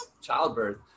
childbirth